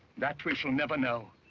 that we'll never know.